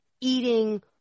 eating